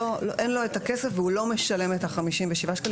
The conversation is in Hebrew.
אין לו את הכסף והוא לא משלם את החמישים ושבעה שקלים,